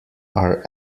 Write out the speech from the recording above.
are